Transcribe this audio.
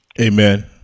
Amen